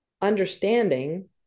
understanding